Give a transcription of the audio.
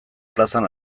plazan